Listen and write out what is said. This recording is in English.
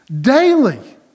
Daily